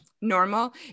normal